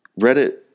Reddit